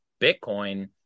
bitcoin